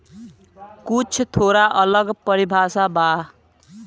कुछ थोड़ा अलग परिभाषा बा